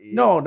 no